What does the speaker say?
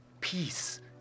peace